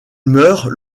meurt